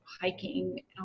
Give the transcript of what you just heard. hiking